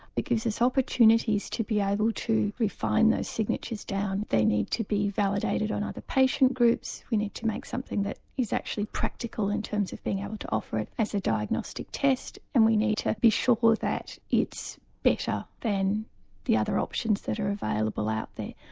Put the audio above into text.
it gives us opportunities to be able to refine those signatures down, they need to be validated on other patient groups, we need to make something that is actually practical in terms of being able to offer it as a diagnostic test and we need to be sure that it's better than the other options that are available out there.